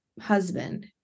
husband